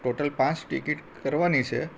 total પાંચ ticket કરવાની છે